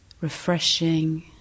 refreshing